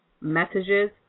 messages